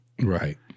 Right